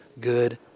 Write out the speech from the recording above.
good